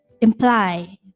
imply